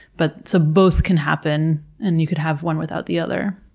but so both can happen, and you could have one without the other.